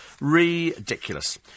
Ridiculous